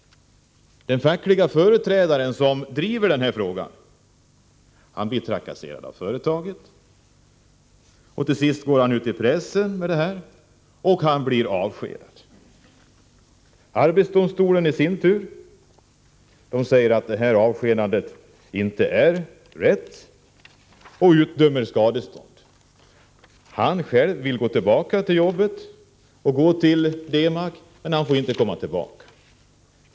Den fackliga företrädaren som driver denna fråga blir trakasserad av företaget. Till sist går han ut i pressen med detta och blir därmed avskedad. Arbetsdomstolen i sin tur säger att detta avskedande inte är riktigt och utdömer skadestånd. Den facklige företrädaren vill tillbaka till jobbet på Demag, men han får inte komma tillbaka.